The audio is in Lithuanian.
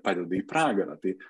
padeda į pragarą tai